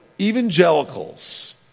evangelicals